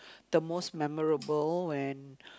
the most memorable when